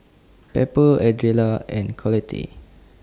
Pepper Ardella and Collette